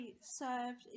served